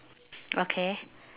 okay